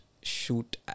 shoot